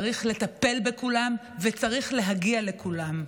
צריך לטפל בכולם וצריך להגיע לכולם.